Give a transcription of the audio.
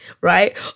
right